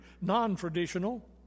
non-traditional